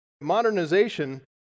Modernization